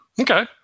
Okay